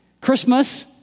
Christmas